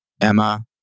Emma